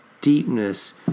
deepness